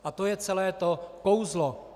A to je celé to kouzlo.